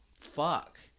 Fuck